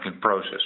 process